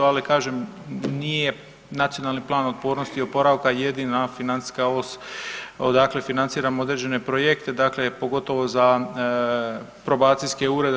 Ali kažem, nije Nacionalni plan otpornosti i oporavka jedina financijska os odakle financiramo određene projekte, dakle pogotovo za probacijske urede.